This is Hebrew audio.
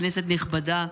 כנסת נכבדה,